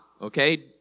okay